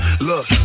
look